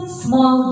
small